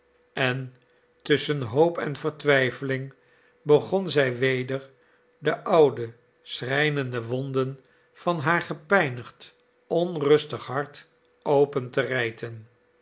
en tusschen hoop en vertwijfeling begon zij weder de oude schrijnende wonden van haar gepijnigd onrustig hart open te rijten